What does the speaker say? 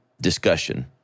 discussion